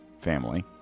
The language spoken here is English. family